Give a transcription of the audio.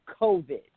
COVID